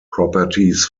properties